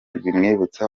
bimwibutsa